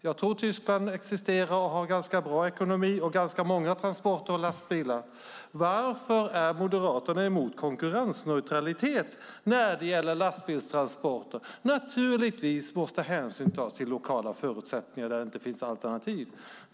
Jag tror att Tyskland existerar, har ganska bra ekonomi och ganska många transporter och lastbilar. Varför är Moderaterna emot konkurrensneutralitet när det gäller lastbilstransporter? Naturligtvis måste hänsyn tas till lokala förutsättningar där det inte finns alternativ.